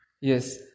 Yes